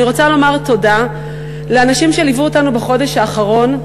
אני רוצה לומר תודה לאנשים שליוו אותנו בחודש האחרון,